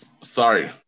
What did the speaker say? sorry